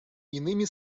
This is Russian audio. иными